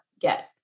get